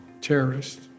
terrorists